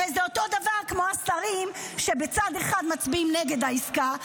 הרי זה אותו דבר כמו השרים שבצד אחד מצביעים נגד העסקה,